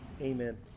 amen